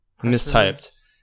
mistyped